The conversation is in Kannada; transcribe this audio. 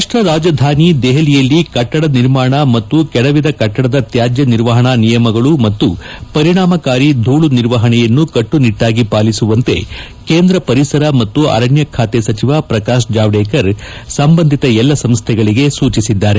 ರಾಷ್ಟ ರಾಜಧಾನಿ ದೆಹಲಿಯಲ್ಲಿ ಕಟ್ಟಡ ನಿರ್ಮಾಣ ಮತ್ತು ಕೆಡವಿದ ಕಟ್ಟಡ ತ್ಯಾಜ್ಯ ನಿರ್ವಹಣಾ ನಿಯಮಗಳು ಹಾಗೂ ಪರಿಣಾಮಕಾರಿ ಧೂಳು ನಿರ್ವಹಣೆಯನ್ನು ಕಟ್ಲುನಿಟ್ಲಾಗಿ ಪಾಲಿಸುವಂತೆ ಕೇಂದ್ರ ಪರಿಸರ ಮತ್ತು ಅರಣ್ಣ ಖಾತೆ ಸಚಿವ ಪ್ರಕಾಶ್ ಜಾವಡೇಕರ್ ಸಂಬಂಧಿತ ಎಲ್ಲ ಸಂಸ್ಥೆಗಳಿಗೆ ಸೂಚಿಸಿದ್ದಾರೆ